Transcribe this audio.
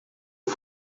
que